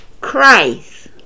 Christ